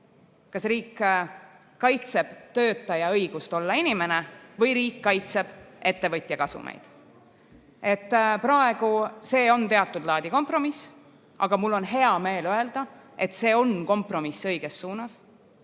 Kas riik kaitseb töötaja õigust olla inimene või riik kaitseb ettevõtja kasumeid? Praegu on see teatud laadi kompromiss, aga mul on hea meel öelda, et see on kompromiss õiges suunas.